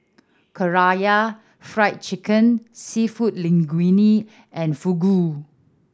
Karaage Fried Chicken Seafood Linguine and Fugu